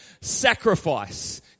sacrifice